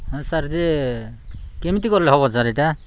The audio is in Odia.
ହଁ ସାର୍ ଯେ କେମିତି କଲେ ହେବ ସାର୍ ଏଇଟା